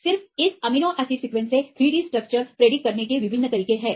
सिर्फ इस amino acid sequence से 3D स्ट्रक्चर्स की भविष्यवाणी करने के लिए विभिन्न तरीके हैं